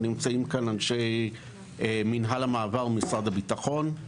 נמצאים כאן אנשי מינהל המעבר ממשרד הביטחון.